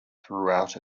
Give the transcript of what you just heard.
throughout